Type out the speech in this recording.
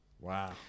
Wow